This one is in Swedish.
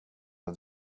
att